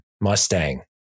Mustang